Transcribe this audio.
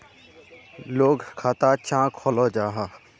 लोग खाता चाँ खोलो जाहा?